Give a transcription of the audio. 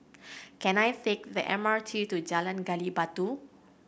can I take the M R T to Jalan Gali Batu